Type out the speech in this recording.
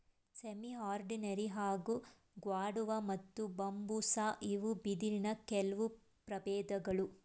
ಸೆಮಿಅರುಂಡಿನೆರಿ ಹಾಗೂ ಗ್ವಾಡುವ ಮತ್ತು ಬಂಬೂಸಾ ಇವು ಬಿದಿರಿನ ಕೆಲ್ವು ಪ್ರಬೇಧ್ಗಳು